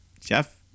Jeff